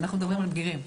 אנחנו מדברים על הבגירים.